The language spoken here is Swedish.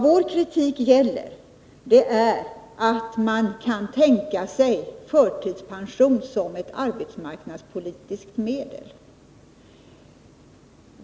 Vår kritik gäller att man kan tänka sig förtidspension som ett arbetsmarknadspolitiskt medel.